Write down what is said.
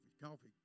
Coffee